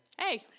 Hey